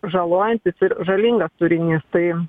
žalojantis ir žalingas turinys tai